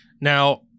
Now